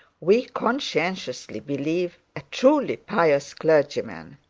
we conscientiously believe, a truly pious clergyman.